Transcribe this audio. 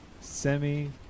Semi